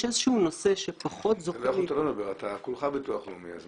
אתה כולך ביטוח לאומי.